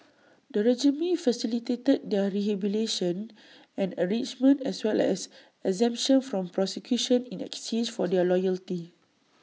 the regime facilitated their rehabilitation and enrichment as well as exemption from prosecution in exchange for their loyalty